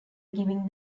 giving